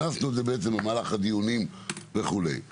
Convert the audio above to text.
הכנסנו את זה במהלך הדיונים וכולי.